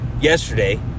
Yesterday